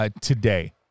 today